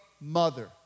mother